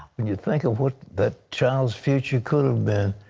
and you think of what that child's future could have been.